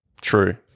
True